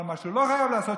אבל מה שהוא לא חייב לעשות,